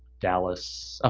dallas, ah